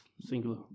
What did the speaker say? Singular